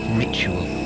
ritual